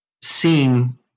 seeing